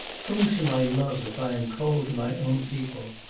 whom shall i love, if i am cold to my own people?